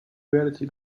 reality